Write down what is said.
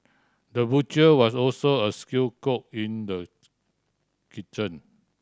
the butcher was also a skilled cook in the kitchen